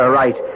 right